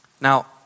Now